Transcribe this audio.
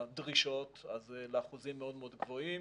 מהדרישות, אז לאחוזים מאוד מאוד גבוהים.